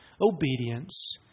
obedience